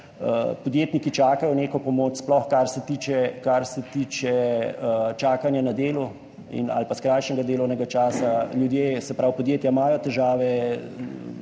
podjetniki čakajo neko pomoč, sploh kar se tiče čakanja na delo ali pa skrajšanega delovnega časa, ljudje, se pravi podjetja, imajo težave,